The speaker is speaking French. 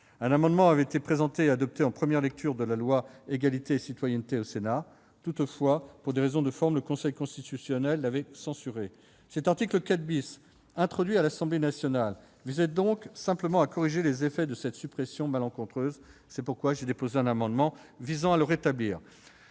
Un amendement avait été présenté et adopté en première lecture du projet de loi Égalité et citoyenneté au Sénat. Toutefois, pour des raisons de forme, le Conseil constitutionnel l'avait censuré. L'article 4 , introduit à l'Assemblée nationale, visait donc simplement à corriger les effets de cette suppression malencontreuse. C'est pourquoi j'ai déposé un amendement tendant à le rétablir.